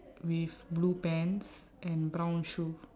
with blue pants and brown shoe